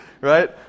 Right